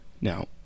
now